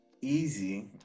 easy